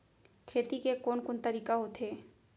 खेती के कोन कोन तरीका होथे?